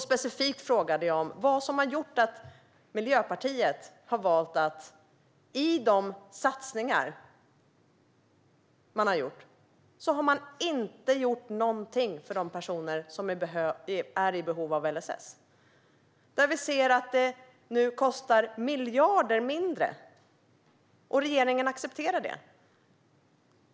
Specifikt frågade jag varför Miljöpartiet i sina satsningar har valt att inte göra någonting för de personer som är i behov av LSS. Vi ser att det nu kostar miljarder mindre på detta område, och regeringen accepterar det.